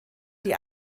die